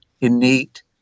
innate